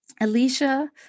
Alicia